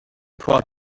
proud